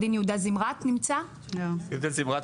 אבינעם סגל,